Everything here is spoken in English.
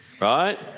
Right